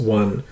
one